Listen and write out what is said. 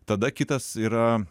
tada kitas yra